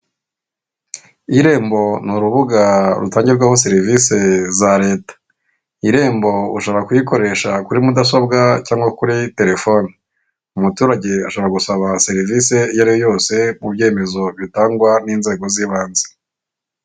Irembo ni urubuga rutangirwaho serivisi za leta, irembo ushobora kuyikoresha kuri mudasobwa cyangwa kuri telefoni, umuturage ashobora gusaba serivisi iyo ari yose mu byemezo bitangwa n'inzego z'ibanze.